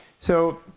so